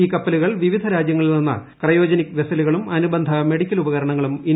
ഈ കപ്പലുകൾ വിവിധ രാജ്യങ്ങളിൽ നിന്ന് ക്രയോജനിക് വെസ്സലുകളും അനുബന്ധ മെഡിക്കൽ ഉപകരണങ്ങളും ഇന്തൃയിലെത്തിക്കും